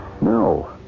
No